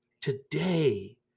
Today